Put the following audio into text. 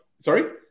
Sorry